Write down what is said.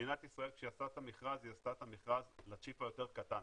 מדינת ישראל כשעשתה את המכרז היא עשתה אותו לצ'יפ היותר קטן.